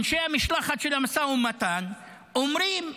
אנשי המשלחת של המשא-ומתן, אומרים: